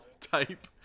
type